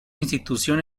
institución